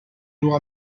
noire